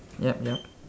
yup yup